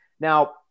Now